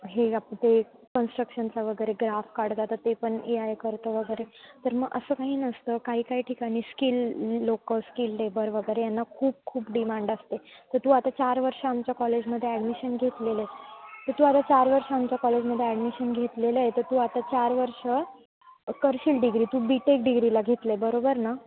हे आप ते कन्स्ट्रक्शनचा वगैरे ग्राफ काढतात तर ते पण ए आ करतं वगैरे तर मग असं काही नसतं काही काही ठिकाणी स्किल लोक स्किल लेबर वगैरे यांना खूप खूप डिमांड असते तर तू आता चार वर्षं आमच्या कॉलेजमध्ये ॲडमिशन घेतलेलं आहे तर तू आता चार वर्षं आमच्या कॉलेजमध्ये ॲडमिशन घेतलेलं आहे तर तू आता चार वर्षं करशील डिग्री तू बी टेक डिग्रीला घेतलं आहे बरोबर ना